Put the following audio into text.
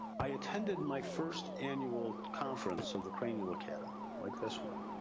i attended my first annual conference of the cranial academy, like this one.